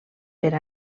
per